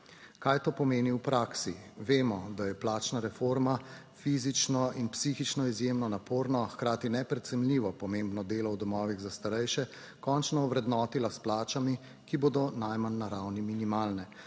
Kaj to pomeni v praksi? Vemo, da je plačna reforma fizično in psihično izjemno naporno, hkrati neprecenljivo pomembno delo v domovih za starejše končno ovrednotila s plačami, ki bodo najmanj na ravni minimalne.